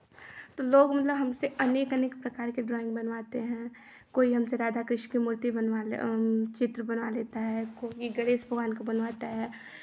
तो लोग मतलब हमसे अनेक अनेक प्रकार के ड्राॅइंग बनवाते हैं कोई हमसे राधाकृष्ण की मूर्ति बनवा ले चित्र बनवा लेता है कोई गणेश भगवान का बनवाता है